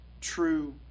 true